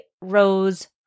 rose